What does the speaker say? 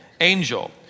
angel